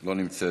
לא נמצאת.